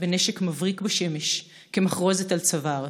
בנשק מבריק בשמש / כמחרוזת על צוואר.